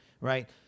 right